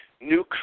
new